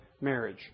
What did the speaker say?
marriage